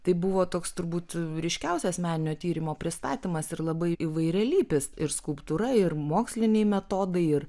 tai buvo toks turbūt ryškiausias meninio tyrimo pristatymas ir labai įvairialypis ir skulptūra ir moksliniai metodai ir